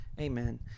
Amen